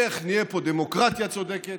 איך נהיה פה דמוקרטיה צודקת,